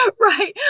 Right